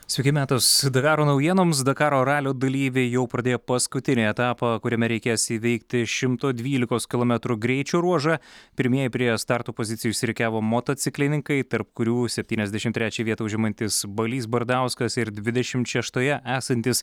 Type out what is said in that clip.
sveiki metus dakaro naujienoms dakaro ralio dalyviai jau pradėjo paskutinį etapą kuriame reikės įveikti šimto dvylikos kilometrų greičio ruožą pirmieji prie starto pozicijų išsirikiavo motociklininkai tarp kurių septyniasdešim trečią vietą užimantis balys bardauskas ir dvidešimt šeštoje esantis